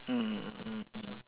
mm mm mm mm